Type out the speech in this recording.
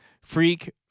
Freak